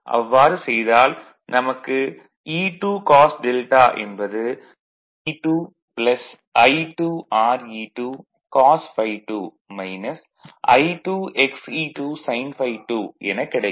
அவ்வாறு செய்தால் நமக்கு E2 cos δ என்பது V2 I2 Re2 cos ∅2 I2 X e2 sin ∅2 எனக் கிடைக்கும்